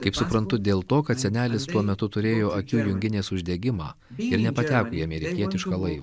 kaip suprantu dėl to kas senelis tuo metu turėjo akių junginės uždegimą ir nepateko į amerikietišką laivą